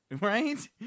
Right